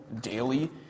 daily